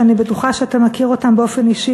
שאני בטוחה שאתה מכיר אותם באופן אישי,